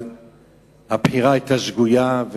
אבל הבחירה היתה שגויה,